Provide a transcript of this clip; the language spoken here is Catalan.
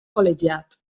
col·legiat